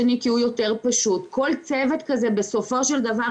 במפגש הזה השתתפו גם משרדי הממשלה,